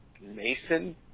Mason